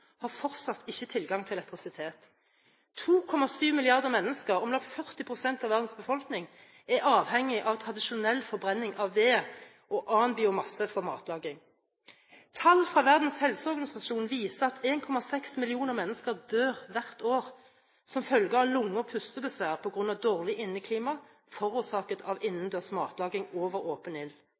har fortsatt ikke tilgang til elektrisitet. 2,7 milliarder mennesker, om lag 40 pst. av verdens befolkning, er avhengig av tradisjonell forbrenning av ved og annen biomasse for matlaging. Tall fra Verdens helseorganisasjon viser at 1,6 millioner mennesker dør hvert år som følge av lunge- og pustebesvær på grunn av dårlig inneklima forårsaket av innendørs matlaging over åpen ild.